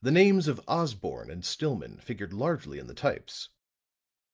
the names of osborne and stillman figured largely in the types